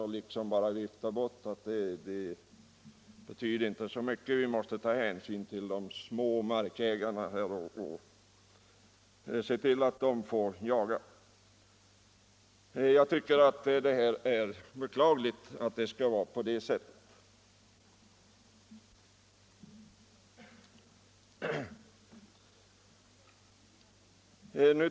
Man säger att det betyder inte så mycket, vi måste ta hänsyn till de små markägarna och se till att de får jaga. Jag tycker att det är beklagligt att det skall vara på det sättet.